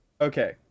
Okay